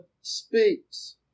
speaks